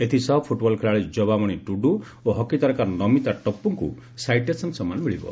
ଏଥିସହ ଫୁଟବଲ ଖେଳାଳି ଯବାମଣି ଟୁଡୁ ଓ ହକି ତାରକା ନମିତା ଟସ୍ସୋଙ୍କୁ ସାଇଟେସନ ସମ୍ମାନ ମିଳିବ